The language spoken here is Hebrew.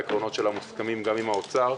העקרונות שלה מוסכמים גם עם האוצר.